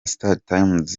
startimes